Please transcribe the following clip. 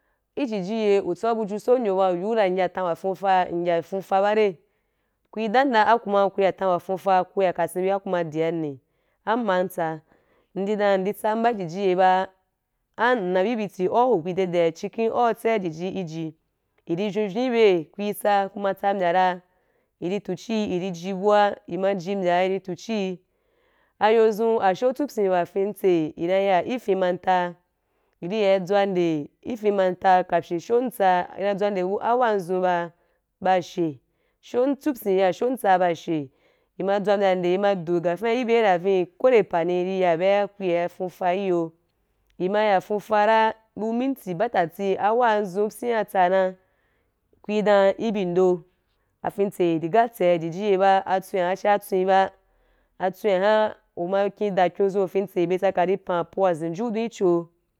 I jiji ye u tsa buju so yo ba u yu dan n ya tan wa fuufa n ya fuufa ba rai ku i dan yím dan a ku ma ku ya tan wa fuufa ku ya ka sen bia ah kuma adia ní am ma ntsa ndi dan ndi tsam ba a jiji ye ba am nna bi bi ti au u bi de dea chi kem au u tsei i ji i ji i di vyou vyou i byeí ku i tsa i ma tsa mbya ra i tu chi i ji bua i ma ji mbya i ri tu ohii ayo zun asho atsupyi wa fen tse i ra ya i fin manta i di ya í tswande i fen manta ka sho amtsaa ah i na tswande bu a hour adzu baa ba ashe sho an tsupyi ya ya asho antsaa ba ashe i ma tswam mbya nde i ma í do gafai i bye ra vii ko we nde pani i ya byea ku ya fuufa ki yo i ma ya fuufa ra bu minti batati a hour dzu byian atsaa na ku í dan í bí ndo a fen tse ri ga tsea jiji ye ba atswen wa chia tswen ba a tswen’a u ma ken da kyon zun a fen tse be’i tsa ka í pan apo wa zenjiu dun i cho.